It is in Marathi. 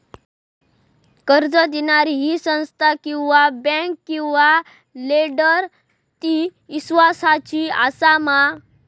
कर्ज दिणारी ही संस्था किवा बँक किवा लेंडर ती इस्वासाची आसा मा?